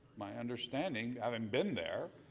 my understanding, having been there,